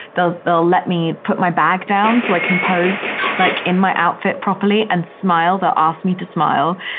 they'll they'll let me put my bag down so i can pose like in my outfit properly and smile, they'll ask me to smile.